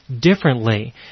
differently